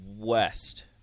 West